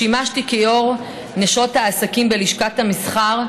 שימשתי כיו"ר נשות העסקים בלשכת המסחר,